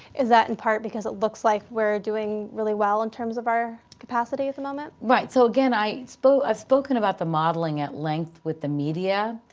is that in part because it looks like we're doing really well in terms of our capacity at the moment? right. so again, i've spoken spoken about the modeling at length with the media,